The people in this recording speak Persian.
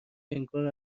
انگار